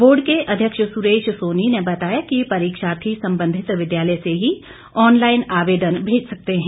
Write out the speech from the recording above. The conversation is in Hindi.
बोर्ड के अध्यक्ष सुरेश सोनी ने बताया कि परीक्षार्थी संबंधित विद्यालय से ही ऑनलाइन आवेदन भेज सकते हैं